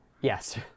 Yes